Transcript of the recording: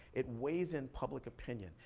it weighs in public opinion.